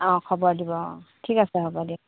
অঁ খবৰ দিব অঁ ঠিক আছে হ'ব দিয়ক